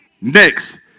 Next